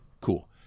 Cool